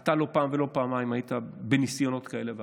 אתה לא פעם ולא פעמיים היית בניסיונות כאלה ואחרים.